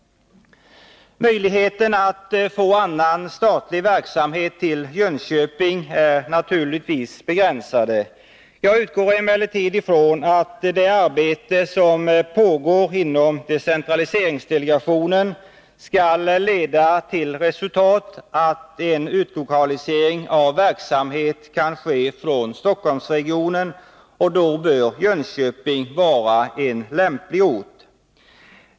Möjligheten att få annan statlig verksamhet till Jönköping är naturligtvis begränsad. Jag utgår emellertid ifrån att det arbete som pågår inom decentraliseringsdelegationen skall leda till resultatet att en utlokalisering av verksamhet kan ske från Stockholmsregionen, och då bör Jönköping vara en lämplig ort.